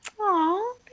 Aw